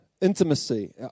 intimacy